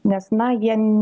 nes na jie n